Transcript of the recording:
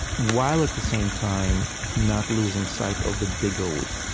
while at the same time not losing sight of the bigger we,